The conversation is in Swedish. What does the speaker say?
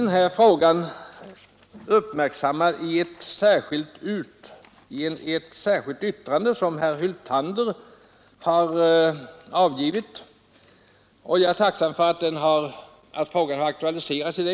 Denna fråga har uppmärksammats i ett särskilt yttrande av herr Hyltander, och jag är tacksam för att den har aktualiserats.